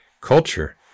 culture